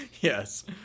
Yes